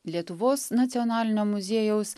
lietuvos nacionalinio muziejaus